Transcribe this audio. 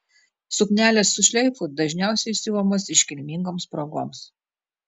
suknelės su šleifu dažniausiai siuvamos iškilmingoms progoms